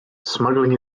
smuggling